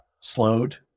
slowed